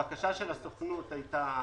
הבקשה של הסוכנות הייתה